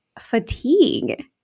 fatigue